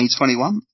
2021